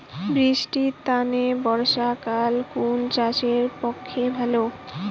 বৃষ্টির তানে বর্ষাকাল কুন চাষের পক্ষে ভালো?